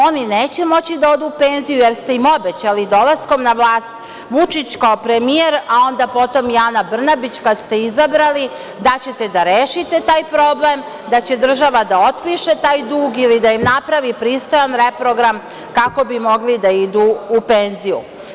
Oni neće moći da odu u penziju, jer ste im obećali dolaskom na vas, Vučić kao premijer, a onda potom i Ana Brnabić, kad ste izabrani, da ćete da rešite taj problem, da će država da otpiše taj dug ili da im napravi pristojan reprogram kako bi mogli da idu u penziju.